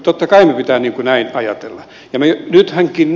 totta kai meidän pitää näin ajatella